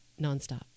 nonstop